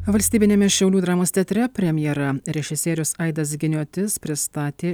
valstybiniame šiaulių dramos teatre premjera režisierius aidas giniotis pristatė